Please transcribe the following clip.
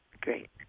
Great